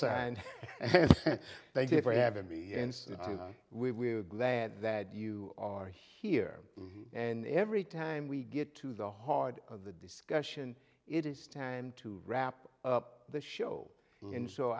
and we are glad that you are here and every time we get to the heart of the discussion it is time to wrap up the show and so